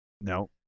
No